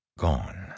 Gone